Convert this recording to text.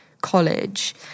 College